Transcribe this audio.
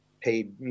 paid